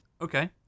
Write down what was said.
okay